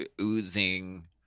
oozing